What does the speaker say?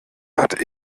hat